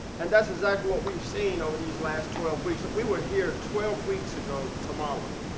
and that's exactly what we've seen over these last twelve weeks. we were here twelve weeks ago tomorrow,